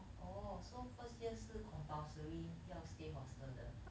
oh so first year 是 compulsory 要 stay hostel 的